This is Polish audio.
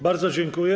Bardzo dziękuję.